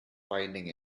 finding